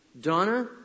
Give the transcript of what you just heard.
Donna